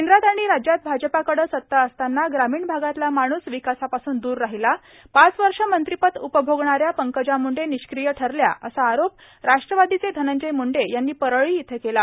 केंद्रात आणि राज्यात भाजपाकडे सत्ता असताना ग्रामीण भागातला माणूस विकसापासून द्र राहिला पाच वर्ष मंत्रिपद उपभोगणाऱ्या पंकजा मुंडे निष्क्रिय ठरल्या असा आरोप राष्ट्रवादीचे धनंजय मुंडे यांनी परळी इथं केला